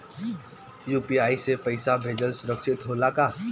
UPI से पैसा भेजल सुरक्षित होला का?